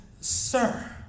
sir